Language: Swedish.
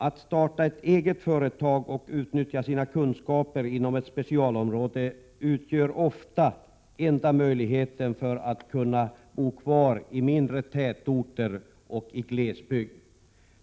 Att starta ett eget företag och utnyttja sina kunskaper inom ett specialområde utgör ofta enda möjligheten för att kunna bo kvar i mindre tätorter och glesbygd.